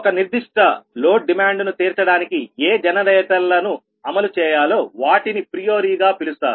ఒక నిర్దిష్ట లోడ్ డిమాండ్ను తీర్చడానికి ఏ జనరేటర్లను అమలు చేయాలో వాటిని ప్రియోరి గా పిలుస్తారు